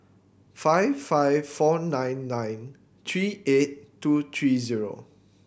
five five four nine nine three eight two three zero